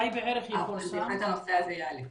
אבל בהחלט הנושא הזה יעלה.